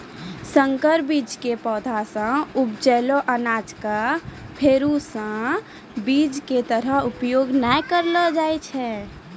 संकर बीज के पौधा सॅ उपजलो अनाज कॅ फेरू स बीज के तरह उपयोग नाय करलो जाय छै